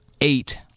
eight